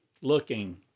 looking